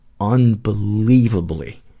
unbelievably